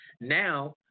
now